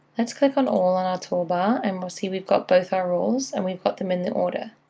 let's click on all on our toolbar, and we'll see we've got both our rules, and we've got them in the order.